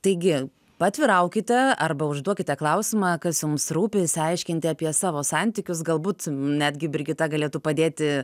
taigi paatviraukite arba užduokite klausimą kas jums rūpi išsiaiškinti apie savo santykius galbūt netgi brigita galėtų padėti